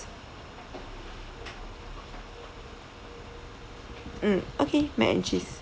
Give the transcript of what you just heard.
mm okay mac and cheese